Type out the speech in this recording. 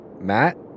Matt